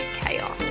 chaos